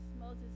Moses